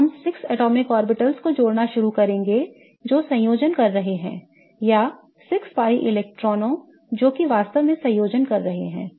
अब हम 6 atomic orbitals को जोड़ना शुरू करेंगे जो संयोजन कर रहे हैं या 6 pi इलेक्ट्रॉनों जोकि वास्तव में संयोजन कर रहे हैं